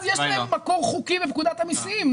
אז יש להם מקור חוקי בפקודת המיסים.